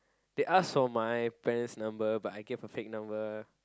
they ask for my parents number but I gave a fake number